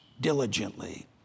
diligently